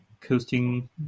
coasting